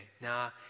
now